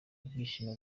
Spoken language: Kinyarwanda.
ibyishimo